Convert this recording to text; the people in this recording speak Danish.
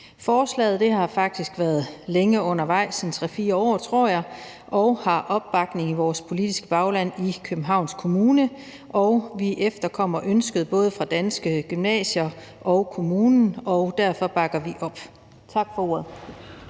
Forslaget har faktisk været længe undervejs – 3-4 år, tror jeg – og har opbakning i vores politiske bagland i Københavns Kommune, og vi efterkommer ønsket både fra Danske Gymnasier og kommunen, og derfor bakker vi op. Tak for ordet.